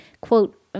quote